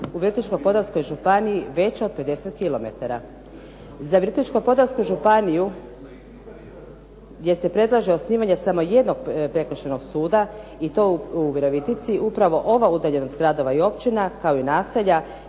u Virovitičko-podravskoj županiji veća od 50 km. Za Virovitičko-podravsku županiju gdje se predlaže osnivanje samo jednog prekršajnog suda i to u Virovitici, upravo ova udaljenost gradova i općina kao i naselja